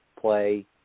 play